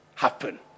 Happen